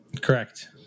correct